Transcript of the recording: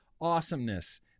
awesomeness